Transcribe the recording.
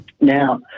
Now